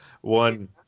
one